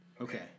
Okay